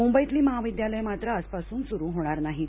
मुंबईतली महाविद्यालयं मात्र आजपासून सुरु होणार नाहीत